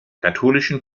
katholischen